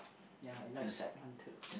ya I like that one too